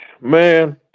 man